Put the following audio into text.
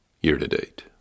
year-to-date